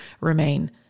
remain